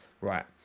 Right